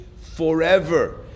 forever